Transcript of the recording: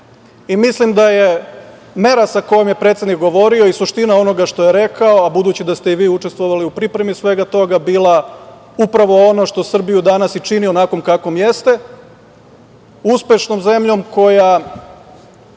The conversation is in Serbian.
stav. Mislim da je mera sa kojom je predsednik govorio i suština onoga što je rekao, a budući da ste i vi učestvovali u pripremi svega toga, bila upravo ono što Srbiju danas i čini onakvom kakvom jeste, uspešnom zemljom koja